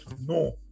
no